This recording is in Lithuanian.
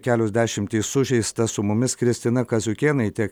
kelios dešimys sužeista su mumis kristina kaziukėnaitė